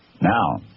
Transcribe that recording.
Now